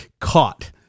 caught